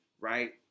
right